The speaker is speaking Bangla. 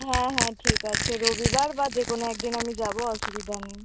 হ্যাঁ হ্যাঁ ঠিক আছে রবিবার বা যে কোনো একদিন আমি যাবো অসুবিধা নেই